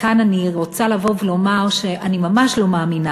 כאן אני רוצה לבוא ולומר שאני ממש לא מאמינה